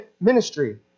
ministry